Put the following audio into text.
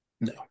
No